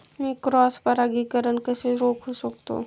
मी cross परागीकरण कसे रोखू शकतो?